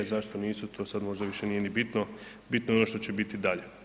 Zašto nisu, to sad možda više nije ni bitno, bitno je ono što će biti dalje.